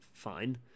Fine